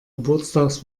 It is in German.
geburtstags